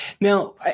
now